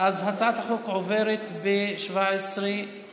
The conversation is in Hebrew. הצעת החוק עוברת עם 19,